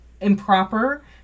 improper